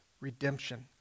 redemption